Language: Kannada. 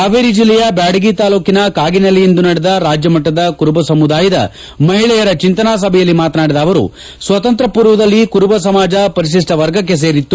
ಹಾವೇರಿ ಜಿಲ್ಲೆಯ ಬ್ಲಾಡಗಿ ತಾಲ್ಲೂಕಿನ ಕಾಗಿನೆಲೆಯಲ್ಲಿಂದು ನಡೆದ ರಾಜ್ಯಮಟ್ಟದ ಕುರುಬ ಸಮುದಾಯದ ಮಹಿಳೆಯರ ಚಿಂತನಾ ಸಭೆಯಲ್ಲಿ ಮಾತನಾಡಿದ ಅವರು ಸ್ವತಂತ್ರ ಪೂರ್ವದಲ್ಲಿ ಕುರುಬ ಸಮಾಜ ಪರಿಷ ವರ್ಗಕ್ಕೆ ಸೇರಿತ್ತು